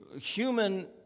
human